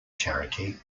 charity